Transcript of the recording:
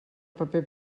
paper